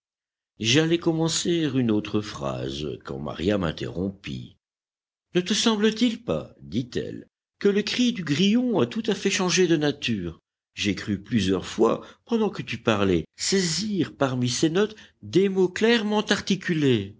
j'allais commencer une autre phrase quand maria m'interrompit ne te semble-t-il pas dit-elle que le cri du grillon a tout à fait changé de nature j'ai cru plusieurs fois pendant que tu parlais saisir parmi ses notes des mots clairement articulés